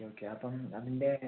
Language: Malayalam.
ഓക്കെ ഓക്കെ അപ്പം അതിന്റെ